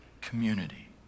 community